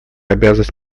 обязанность